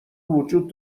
وجود